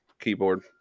keyboard